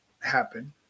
happen